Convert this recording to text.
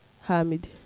Hamid